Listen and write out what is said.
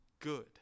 good